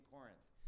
Corinth